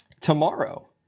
Tomorrow